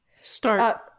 start